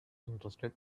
interested